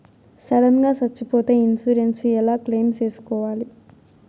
Sudden గా సచ్చిపోతే insurance ఎలా క్లెయిమ్ సేసుకోవాలి?